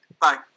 Bye